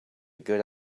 good